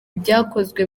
byakozwe